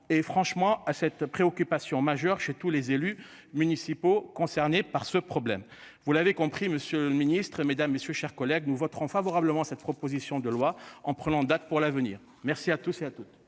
et franchement à cette préoccupation majeure. Chez tous les élus municipaux concernés par ce problème, vous l'avez compris, Monsieur le Ministre, Mesdames, messieurs, chers collègues, nous voterons favorablement cette proposition de loi en prenant date pour l'avenir. Merci à tous et à toutes.